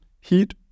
heat